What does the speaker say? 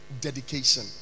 dedication